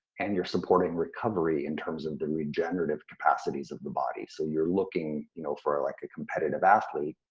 and you're supporting recovery in terms of the but and regenerative capacities of the body. so you're looking you know for ah like a competitive athlete,